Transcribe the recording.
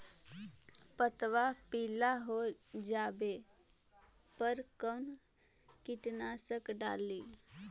पतबा पिला हो जाबे पर कौन कीटनाशक डाली?